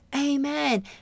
amen